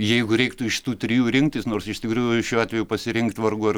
jeigu reiktų iš tų trijų rinktis nors iš tikrųjų šiuo atveju pasirinkt vargu ar